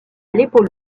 l’épaule